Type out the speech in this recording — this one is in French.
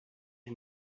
est